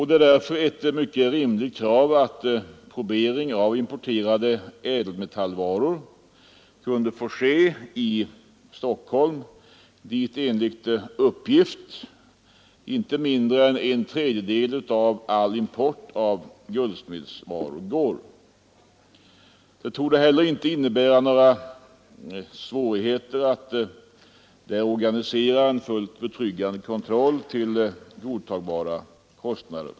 Det är därför ett rimligt krav att probering av importerade ädelmetallvaror även får ske i Stockholm, dit enligt uppgift inte mindre än en tredjedel av all import av guldsmedsvaror går. Det torde inte innebära några svårigheter att där organisera en fullt betryggande kontroll till godtagbara kostnader.